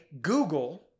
Google